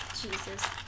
Jesus